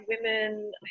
women